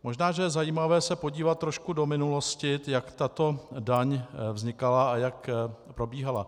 Možná že je zajímavé se podívat trochu do minulosti, jak tato daň vznikala a jak probíhala.